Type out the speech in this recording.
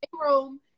room